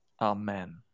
Amen